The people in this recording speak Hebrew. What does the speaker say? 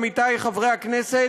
עמיתי חברי הכנסת,